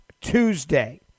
Tuesday